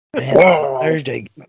Thursday